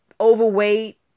overweight